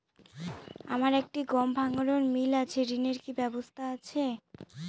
আমার একটি গম ভাঙানোর মিল আছে ঋণের কি ব্যবস্থা আছে?